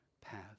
path